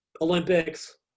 Olympics